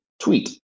tweet